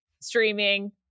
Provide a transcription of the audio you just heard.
streaming